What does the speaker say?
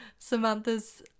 samantha's